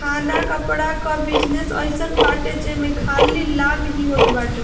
खाना कपड़ा कअ बिजनेस अइसन बाटे जेमे खाली लाभ ही होत बाटे